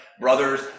Brothers